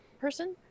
person